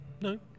No